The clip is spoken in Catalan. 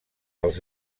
als